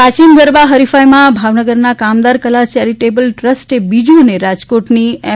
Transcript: પ્રાચીન ગરબા હરિફાઈમાં ભાવનગરના કામદાર કલા ચેરિટેબલ ટ્રસ્ટે બીજું અને રા કોટની એમ